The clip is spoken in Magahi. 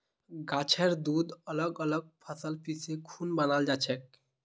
गाछेर दूध अलग अलग फसल पीसे खुना बनाल जाछेक